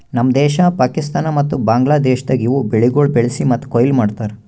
ನಮ್ ದೇಶ, ಪಾಕಿಸ್ತಾನ ಮತ್ತ ಬಾಂಗ್ಲಾದೇಶದಾಗ್ ಇವು ಬೆಳಿಗೊಳ್ ಬೆಳಿಸಿ ಮತ್ತ ಕೊಯ್ಲಿ ಮಾಡ್ತಾರ್